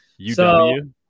UW